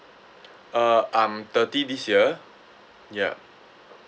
uh I'm thirty this year ya